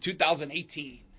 2018